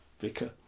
vicar